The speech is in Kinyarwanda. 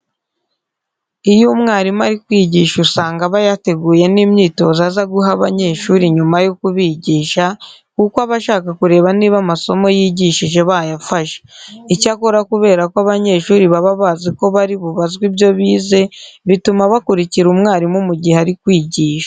Iyo umwarimu ari kwigisha usanga aba yateguye n'imyitozo aza guha abanyeshuri nyuma yo kubigisha, kuko aba ashaka kureba niba amasomo yigishije bayafashe. Icyakora kubera ko abanyeshuri baba bazi ko bari bubazwe ibyo bize, bituma bakurikira umwarimu mu gihe ari kwigisha.